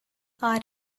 are